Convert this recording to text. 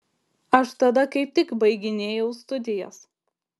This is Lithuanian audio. aš tada kaip tik baiginėjau studijas